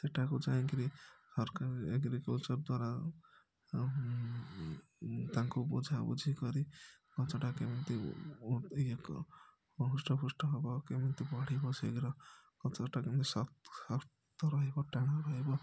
ସେଠାକୁ ଯାଇକରି ଏଗ୍ରିକଲଚର ଦ୍ଵାରା ତାଙ୍କୁ ବୁଝାବୁଝି କରି ଗଛଟା କେମିତି ହୃଷ୍ଟପୃଷ୍ଟ ହବ କେମିତି ବଢ଼ିବ ଶୀଘ୍ର ଗଛଟା କେମିତି ଶକ୍ତ ରହିବ ଟାଣ ରହିବ